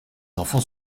enfants